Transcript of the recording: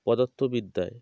পদার্থবিদ্যায়